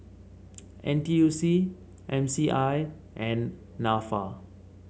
N T U C M C I and NAFA